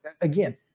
again